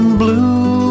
blue